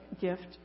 gift